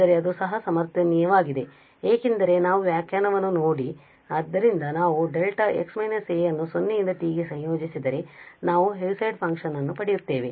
ಆದರೆ ಅದು ಸಹ ಸಮರ್ಥನೀಯವಾಗಿದೆ ಏಕೆಂದರೆ ನಾವು ವ್ಯಾಖ್ಯಾನವನ್ನು ನೋಡಿ ಆದ್ದರಿಂದ ನಾವು δ x − a ಅನ್ನು 0 ಯಿಂದ t ಗೆ ಸಂಯೋಜಿಸಿದರೆ ನಾವು ಹೆವಿಸೈಡ್ ಫಂಕ್ಷನ್ ಪಡೆಯುತ್ತೇವೆ